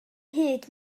hyd